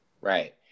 Right